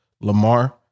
Lamar